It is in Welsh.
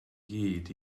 gyd